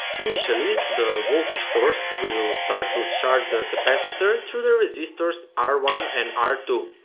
initially, the voltage source will start to charge the capacitor through the resistors r one and r two.